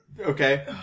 Okay